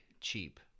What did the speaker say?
cheap